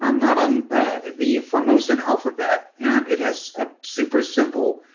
um not on the formosan alphabet. and it has a super simple,